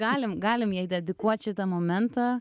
galim galim jai dedikuot šitą momentą